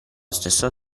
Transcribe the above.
stesso